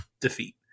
defeat